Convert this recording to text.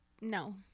no